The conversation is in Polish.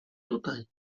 tutaj